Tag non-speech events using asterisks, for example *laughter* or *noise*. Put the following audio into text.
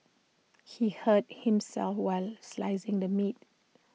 she hurt himself while slicing the meat *noise*